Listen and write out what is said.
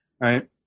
right